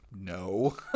No